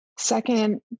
Second